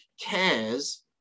cares